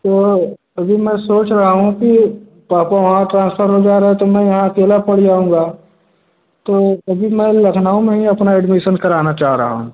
तो अभी मैं सोच रहा हूँ कि पापा वहाँ ट्रांसफ़र हो जा रहा है तो मैं यहाँ अकेला पड़ जाऊँगा तो तभी मैं लखनऊ में ही अपना एडमिशन कराना चाह रहा हूँ